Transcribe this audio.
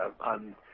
on